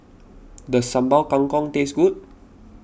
does Sambal Kangkong taste good